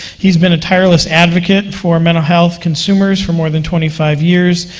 he's been a tireless advocate for mental health consumers for more than twenty five years.